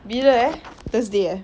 bila eh thursday eh